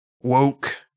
Woke